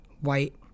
white